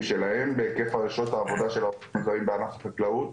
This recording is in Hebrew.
שלהם בהיקף שעות העבודה של העובדים הזרים בענף החקלאות.